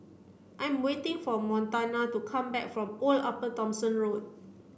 I am waiting for Montana to come back from Old Upper Thomson Road